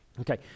Okay